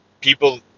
people